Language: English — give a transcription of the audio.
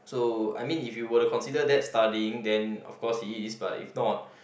so I mean if you were to consider that studying then of course he is but if not